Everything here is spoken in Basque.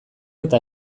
eta